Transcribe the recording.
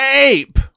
Ape